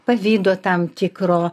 pavydo tam tikro